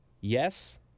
Yes